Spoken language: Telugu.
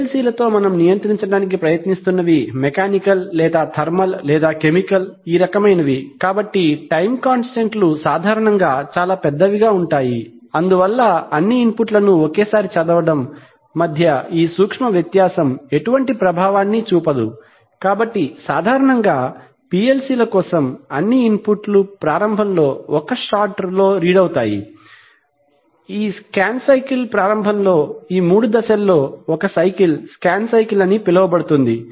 PLC లతో మనము నియంత్రించడానికి ప్రయత్నిస్తున్నవి మెకానికల్ లేదా థర్మల్ లేదా కెమికల్ ఈ రకమైనవి కాబట్టి టైం కాన్స్టాంట్స్ లు సాధారణంగా చాలా పెద్దవిగా ఉంటాయి అందువల్ల అన్ని ఇన్పుట్ లను ఒకేసారి చదవడం మధ్య ఈ సూక్ష్మ వ్యత్యాసం ఎటువంటి ప్రభావాన్ని చూపదు కాబట్టి సాధారణంగా పిఎల్సిల కోసం అన్ని ఇన్పుట్ లు ప్రారంభంలో ఒక షాట్లో రీడ్ అవుతాయి ఈ స్కాన్ సైకిల్ ప్రారంభంలో ఈ మూడు దశల్లో ఒక సైకిల్ స్కాన్ సైకిల్ అని పిలువబడుతుంది